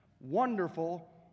wonderful